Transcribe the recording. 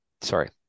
sorry